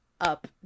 up